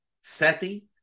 seti